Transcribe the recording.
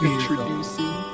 Introducing